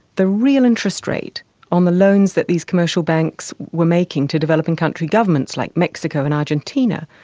the real interest rate on the loans that these commercial banks were making to developing country governments, like mexico and argentina,